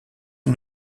est